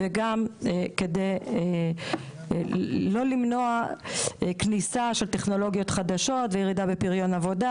וגם כדי לא למנוע כניסה של טכנולוגיות חדשות וירידה בפריון עבודה,